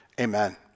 amen